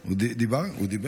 הוא דיבר?